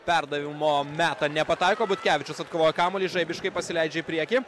perdavimo meta nepataiko butkevičius atkovoja kamuolį žaibiškai pasileidžia į priekį